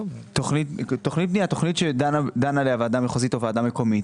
תוכנית שדנה עליה הוועדה המחוזית או ועדה מקומית,